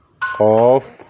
of